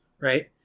Right